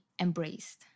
embraced